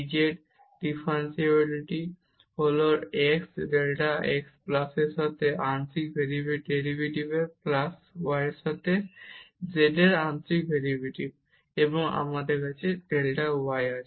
এবং এখন এই dz ডিফারেনশিয়াল হল x ডেল্টা x প্লাসের সাথে আংশিক ডেরিভেটিভ প্লাস y এর সাথে z এর আংশিক ডেরিভেটিভ এবং তারপর আমাদের ডেল্টা y আছে